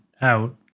out